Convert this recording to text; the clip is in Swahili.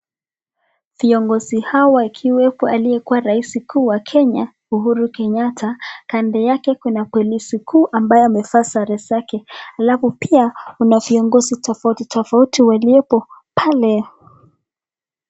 Viongozi hawa akiwapo aliyekuwa rais kuu wa kenya Uhuru Kenyatta, kando yake kuna polisi kuu ambaye amevaa sare zake , alafu pia kuna viongozi tofauti tofauti waliyepo pale.